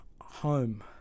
home